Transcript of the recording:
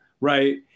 Right